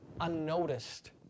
unnoticed